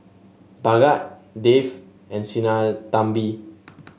Bhagat Dev and Sinnathamby